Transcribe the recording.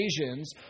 occasions